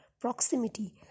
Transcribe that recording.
proximity